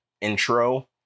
intro